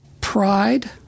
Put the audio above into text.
pride